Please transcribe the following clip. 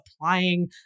applying